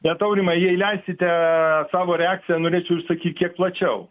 bet aurimai jei leisite savo reakciją norėčiau išsakyt kiek plačiau